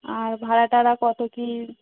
আর ভাড়া টাড়া কত কী